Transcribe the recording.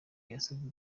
yasabye